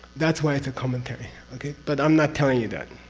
that's why it's a commentary. okay? but i'm not telling you that,